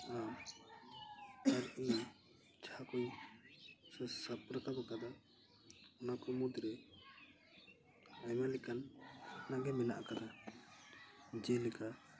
ᱟᱢ ᱟᱨ ᱤᱧ ᱡᱟᱦᱟᱸ ᱠᱚᱹᱧ ᱥᱮ ᱥᱟᱵ ᱨᱟᱠᱟᱵ ᱠᱟᱫᱟ ᱚᱱᱟ ᱠᱚ ᱢᱩᱫᱽ ᱨᱮ ᱟᱭᱢᱟ ᱞᱮᱠᱟᱱ ᱟᱭᱢᱟᱜᱮ ᱢᱮᱱᱟᱜ ᱠᱟᱫᱟ ᱡᱮᱞᱮᱠᱟ